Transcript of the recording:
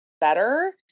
better